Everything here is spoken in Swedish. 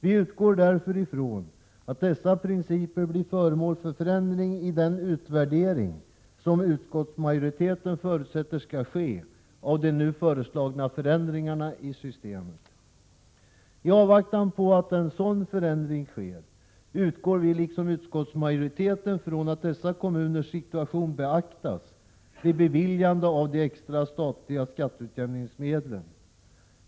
Vi utgår därför ifrån att dessa principer ändras vid den utvärdering som utskottsmajoriteten förutsätter skall ske av de nu föreslagna förändringarna i systemet. I avvaktan på att en sådan förändring sker utgår vi, liksom utskottsmajoriteten, från att dessa kommuners situation beaktas vid beviljandet av de extra statliga skatteutjämningsmedlen.